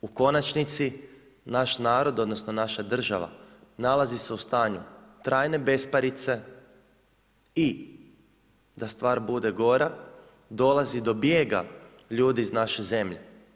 U konačnici, naš narod odnosno naša država nalazi se u stanju trajne besparice i da stvar bude gora, dolazi do bijega ljudi iz naše zemlje.